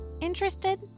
interested